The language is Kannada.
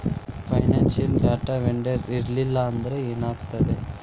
ಫೈನಾನ್ಸಿಯಲ್ ಡಾಟಾ ವೆಂಡರ್ ಇರ್ಲ್ಲಿಲ್ಲಾಂದ್ರ ಏನಾಗ್ತದ?